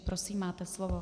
Prosím, máte slovo.